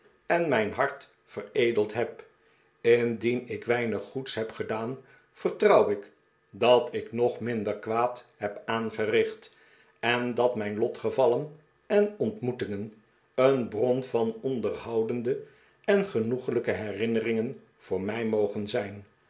en mijn hart veredeld heb indien ik weinig goeds heb gedaan vertrouw ik dat ik nog minder kwaad heb aangericht en dat mijn lotgevallen en ontmoetingen een bron van onderhoudende en genoeglijke herinneringen voor mij mogen zijn